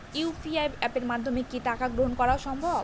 UPI অ্যাপের মাধ্যমে কি টাকা গ্রহণ করাও সম্ভব?